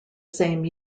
same